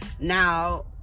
now